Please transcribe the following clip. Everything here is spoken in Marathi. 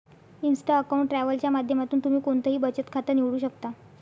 इन्स्टा अकाऊंट ट्रॅव्हल च्या माध्यमातून तुम्ही कोणतंही बचत खातं निवडू शकता